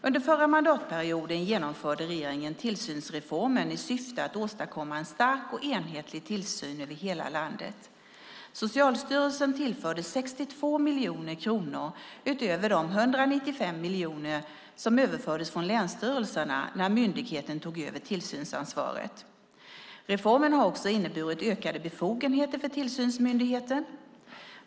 Under förra mandatperioden genomförde regeringen tillsynsreformen, i syfte att åstadkomma en stark och enhetlig tillsyn över hela landet. Socialstyrelsen tillfördes 62 miljoner kronor utöver de 195 miljoner som överfördes från länsstyrelserna när myndigheten tog över tillsynsansvaret. Reformen har också inneburit ökade befogenheter för tillsynsmyndigheten.